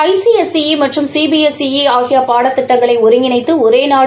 ஐ C S E மற்றும் C B S E ஆகிய பாடத்திட்டங்களை ஒருங்கிணைத்து ஒரே நாடு